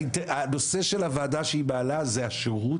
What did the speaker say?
והנושא של הוועדה שהיא מעלה זה השירות